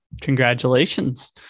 congratulations